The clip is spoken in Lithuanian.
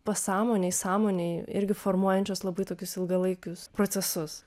pasąmonėj sąmonėj irgi formuojančios labai tokius ilgalaikius procesus